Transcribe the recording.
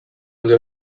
ondo